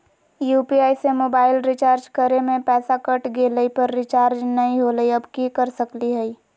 UPI से mobile recharge करे में पैसा कट गेलई, पर रिचार्ज नई होलई, अब की कर सकली हई?